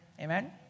amen